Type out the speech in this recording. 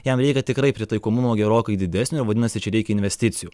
jam reikia tikrai pritaikomumo gerokai didesnio ir vadinasi čia reikia investicijų